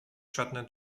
czarne